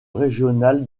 régional